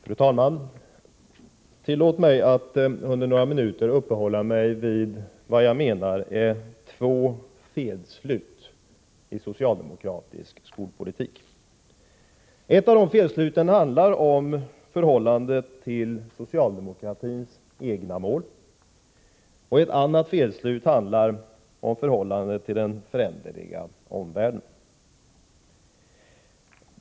Fru talman! Tillåt mig att under några minuter uppehålla mig vid vad jag menar är två felslut i socialdemokratisk skolpolitik. Det första felslutet handlar om förhållandet till socialdemokratins egna mål, det andra om förhållandet till den föränderliga omvärlden.